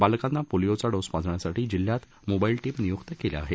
बालकांना पोलीओचा डोस पाजण्यासाठी जिल्ह्यात मोबाईल रीम नियुक्त केल्या आहेत